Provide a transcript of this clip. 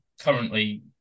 currently